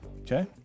Okay